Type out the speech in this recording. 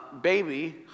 baby